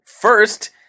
First